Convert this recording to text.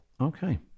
Okay